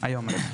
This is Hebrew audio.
היום.